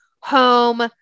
home